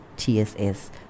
TSS